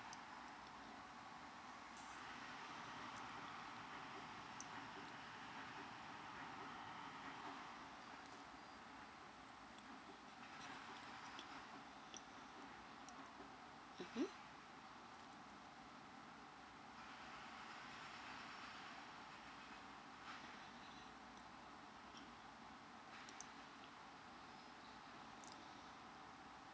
mmhmm